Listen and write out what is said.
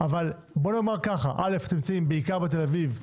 אבל אתם נמצאים בעיקר בתל-אביב,